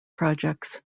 projects